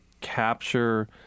capture